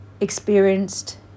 experienced